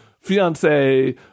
fiance